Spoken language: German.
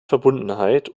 verbundenheit